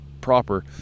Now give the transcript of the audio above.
proper